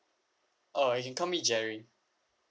oh you can call me jerry